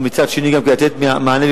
ומצד שני גם לתת מענה,